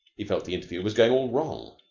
he felt the interview was going all wrong.